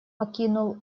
окинул